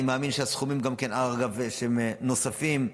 אני מאמין שהסכומים, אגב, שהם נוספים,